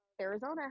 Arizona